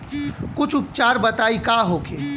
कुछ उपचार बताई का होखे?